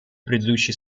предыдущие